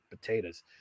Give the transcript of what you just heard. potatoes